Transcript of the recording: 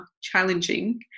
challenging